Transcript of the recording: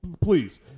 Please